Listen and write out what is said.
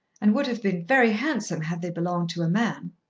and would have been very handsome had they belonged to a man.